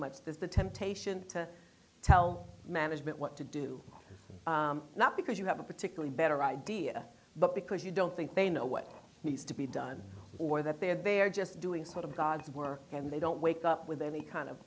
much as the temptation to tell management what to do not because you have a particularly better idea but because you don't think they know what needs to be done or that they're they're just doing sort of god's work and they don't wake up with any kind of